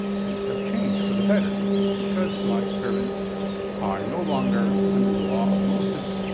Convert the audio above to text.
things have changed for the better because god's servants are no longer under the law of moses,